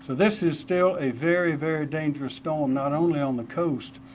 so this is still a very very dangerous storm, not only on the coast,